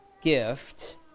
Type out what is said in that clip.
gift